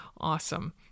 Awesome